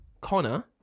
connor